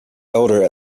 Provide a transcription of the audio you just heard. elder